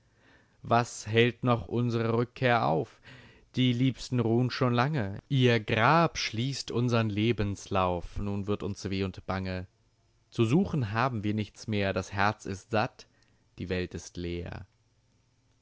was hält noch unsre rückkehr auf die liebsten ruhn schon lange ihr grab schließt unsern lebenslauf nun wird uns weh und bange zu suchen haben wir nichts mehr das herz ist satt die welt ist leer